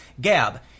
Gab